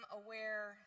aware